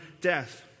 death